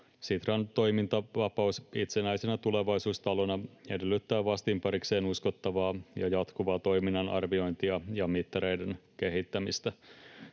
Sitran toimintavapaus itsenäisenä tulevaisuustalona edellyttää vastinparikseen uskottavaa ja jatkuvaa toiminnan arviointia ja mittareiden kehittämistä.